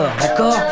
d'accord